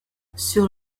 sur